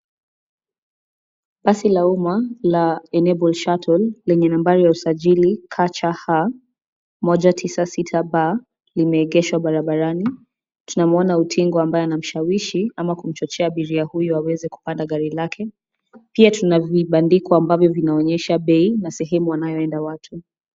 Basi la umma, la Enabled Shuttle lenye nambari ya usajili KCH 196B limeegeshwa barabarani, tunamwona utingo ambaye anamshawishi ama kumchochea abiria huyu aweze kupanda gari lake, pia tuna vibandiko ambavyo vinaonyesha bei na sehemu wanayoenda watu.